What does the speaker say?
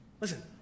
Listen